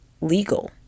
legal